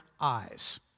eyes